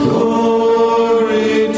Glory